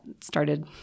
started